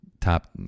Top